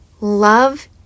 Love